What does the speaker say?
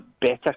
better